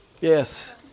Yes